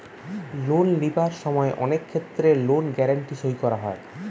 loan লিবার সময় অনেক ক্ষেত্রে লোন গ্যারান্টি সই করা হয়